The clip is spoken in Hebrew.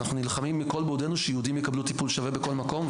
אנחנו נלחמים בכל מאודנו שיהודים יקבלו טיפול שווה בכל מקום,